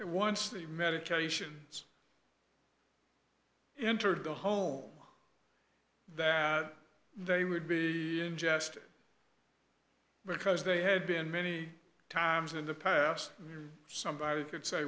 it once the medications entered the home that they would be ingested because they had been many times in the past somebody could say